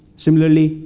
similarly,